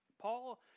Paul